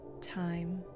time